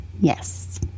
Yes